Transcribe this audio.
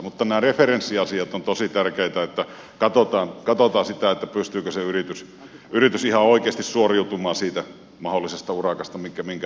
mutta nämä referenssiasiat ovat tosi tärkeitä niin että katsotaan sitä pystyykö se yritys ihan oikeasti suoriutumaan siitä mahdollisesta urakasta minkä on saamassa